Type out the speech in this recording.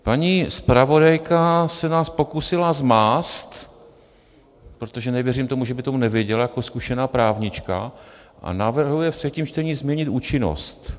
Paní zpravodajka se nás pokusila zmást, protože nevěřím tomu, že by to nevěděla jako zkušená právnička, a navrhuje ve třetím čtení změnit účinnost.